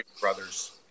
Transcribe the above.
Brothers